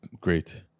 great